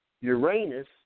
Uranus